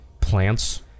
plants